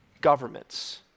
governments